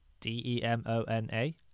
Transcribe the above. D-E-M-O-N-A